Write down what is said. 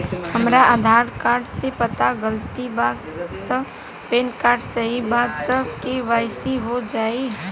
हमरा आधार कार्ड मे पता गलती बा त पैन कार्ड सही बा त के.वाइ.सी हो जायी?